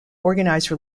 organise